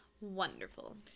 Wonderful